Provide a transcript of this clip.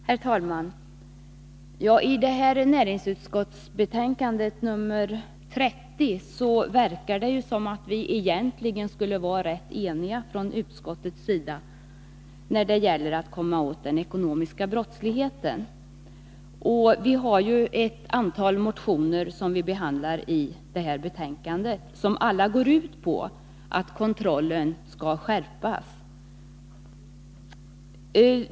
Herr talman! I näringsutskottets betänkande nr 30 verkar det som om vi i utskottet egentligen är rätt eniga när det gäller att komma åt den ekonomiska brottsligheten. I betänkandet behandlas ett antal motioner som alla går ut på att kontrollen skall skärpas.